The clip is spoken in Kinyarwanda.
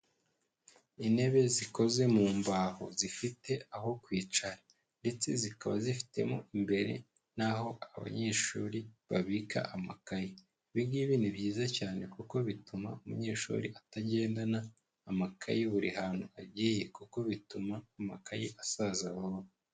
Intebe zikoze mu mbaho zifite aho kwicara ndetse zikaba zifitemo imbere n'aho abanyeshuri babika amakay,e ibi ngibi ni byiza cyane kuko bituma umunyeshuri atagendana amakayi buri hantu agiye kuko bituma amakayi asaza vuba.